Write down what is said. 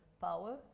power